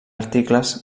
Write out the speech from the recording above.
articles